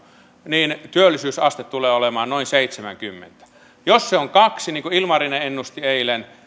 niin työllisyysaste tulee olemaan noin seitsemänkymmentä jos se on kaksi niin kuin ilmarinen ennusti eilen